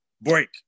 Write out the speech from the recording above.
break